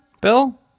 Bill